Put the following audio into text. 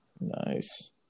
Nice